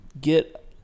get